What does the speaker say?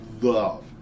love